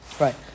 Right